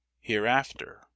hereafter